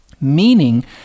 Meaning